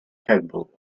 capable